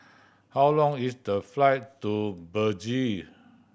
how long is the flight to Belize